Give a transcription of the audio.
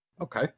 Okay